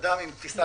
אדם עם תפיסה